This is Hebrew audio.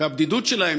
והבדידות שלהם,